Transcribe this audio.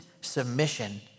submission